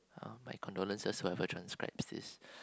my condolences whoever transcribes this